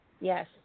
Yes